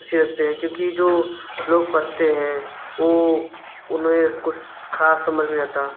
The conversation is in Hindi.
रुचि रखते हैं क्योंकि जो लोग पढ़ते हैं ओ उन्हें कुछ खास समझ में नहीं आता